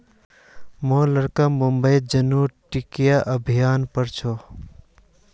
मोर लड़का मुंबईत जनुकीय अभियांत्रिकी पढ़ छ